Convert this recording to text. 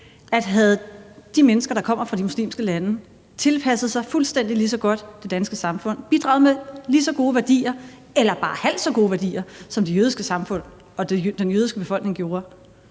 at havde de mennesker, der kommer fra de muslimske lande, tilpasset sig fuldstændig lige så godt det danske samfund og bidraget med lige så gode værdier eller bare halvt så gode værdier, som de jødiske samfund og den jødiske befolkning gjorde,